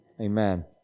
Amen